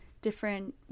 different